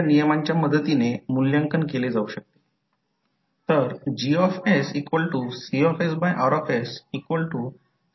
तर अशा प्रकारे ओपन सर्किट म्युच्युअल व्होल्टेज किंवा कॉइलमध्ये तयार होणारे voltage v2 M21 d i1 dt असेल कारण प्रत्यक्षात करंट i1 फ्लक्स तयार करत आहे आणि कॉइलला फ्लक्सचा काही भाग जोडत आहे